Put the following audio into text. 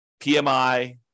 PMI